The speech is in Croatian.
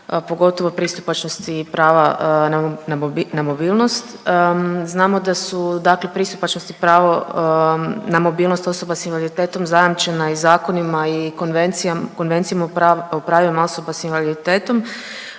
pogotovo pristupačnosti prava na mobilnost. Znamo da su dakle pristupačnost i pravo na mobilnost osoba s invaliditetom zajamčena i zakonima i konvencijama, Konvencijom o pravima osoba s invaliditetom